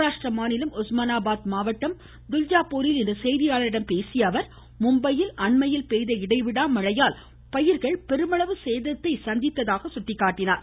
மஹாராஷ்டிர மாநிலம் ஒஸ்மனாபாத் மாவட்டம் துல்ஜாபூரில் இன்று செய்தியாளரிடம் பேசிய அவர் மும்பையில் அண்மையில் பெய்தஇடைவிடா மழையால் பயிர்கள் பெருமளவு சேத்தை சந்தித்ததாகவும் அவர் சுட்டிக்காட்டினார்